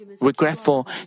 regretful